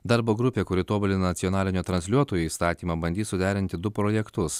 darbo grupė kuri tobulina nacionalinio transliuotojo įstatymą bandys suderinti du projektus